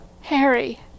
Harry